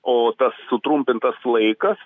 o tas sutrumpintas laikas